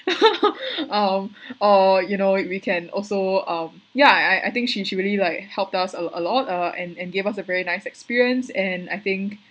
um or you know it we can also um yeah I I I think she she really like helped us a a lot uh and and give us a very nice experience and I think